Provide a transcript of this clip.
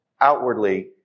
outwardly